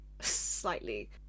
slightly